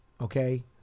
okay